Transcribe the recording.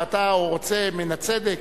ואתה רוצה מן הצדק